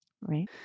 right